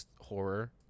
horror